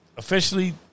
Officially